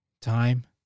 time